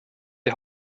die